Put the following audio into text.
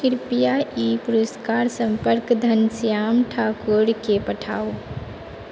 कृपया ई पुरस्कार सम्पर्क घनश्याम ठाकुरकेँ पठाउ